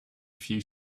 few